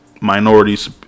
minorities